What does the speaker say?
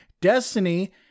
Destiny